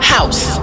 House